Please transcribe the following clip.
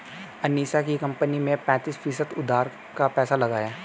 अनीशा की कंपनी में पैंतीस फीसद उधार का पैसा लगा है